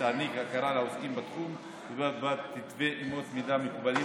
שתעניק הכרה לעוסקים בתחום ובד בבד תתווה אמות מידה מקובלות